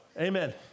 Amen